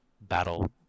battle